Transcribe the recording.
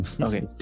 Okay